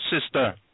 sister